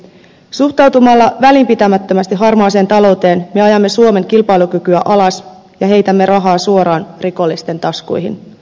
suhtautumalla välinpitämättömästi harmaaseen talouteen me ajamme suomen kilpailukykyä alas ja heitämme rahaa suoraan rikollisten taskuihin